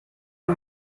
you